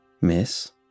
Miss